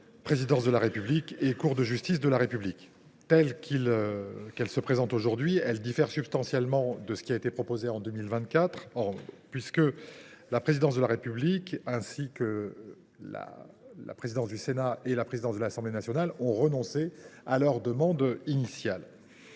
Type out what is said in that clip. Présidence de la République et la Cour de justice de la République. Telle qu’elle se présente aujourd’hui, la mission diffère substantiellement de ce qui avait été proposé en 2024, puisque la Présidence de la République ainsi que les présidences du Sénat et de l’Assemblée nationale ont renoncé à leurs demandes initiales.